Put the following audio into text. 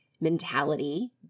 mentality